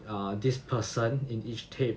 err this person in each tape